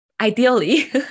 ideally